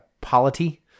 polity